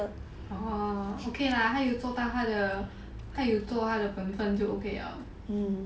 orh okay lah 他有做到他的本分他有做他的本分就 okay liao